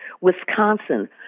Wisconsin